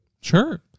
Sure